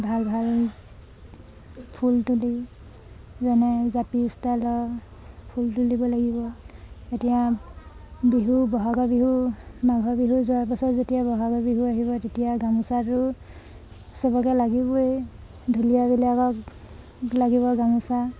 ভাল ভাল ফুল তুলি যেনে জাপি ষ্টাইলৰ ফুল তুলিব লাগিব এতিয়া বিহু বহাগৰ বিহু মাঘৰ বিহু যোৱাৰ পাছত যেতিয়া বহাগৰ বিহু আহিব তেতিয়া গামোচাটো চবকে লাগিবই ঢুলীয়াবিলাকক লাগিব গামোচা